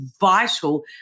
vital